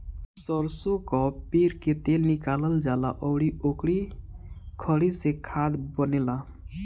सरसो कअ पेर के तेल निकालल जाला अउरी ओकरी खरी से खाद बनेला